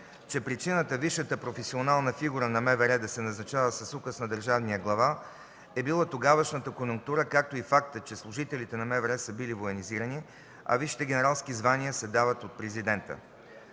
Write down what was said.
че причината висшата професионална фигура на МВР да се назначава с указ на държавния глава е била тогавашната конюнктура, както и фактът, че служителите на МВР са били военизирани, а висшите генералски звания се дават от президента.